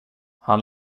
han